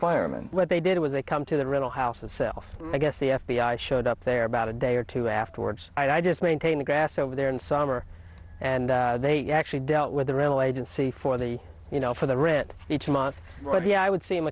fireman what they did was they come to the rental house itself i guess the f b i showed up there about a day or two afterwards i just maintain the grass over there in summer and they actually dealt with the rental agency for the you know for the rent each month or the i would see him